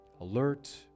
alert